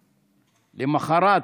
// למוחרת,